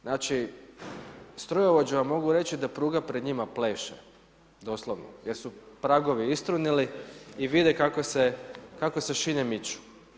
Znači, strojovođa mogu reći da pruga pred njima pleše, doslovno jer su pragovi istrunuli i vide kako se šine miču.